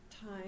time